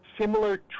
similar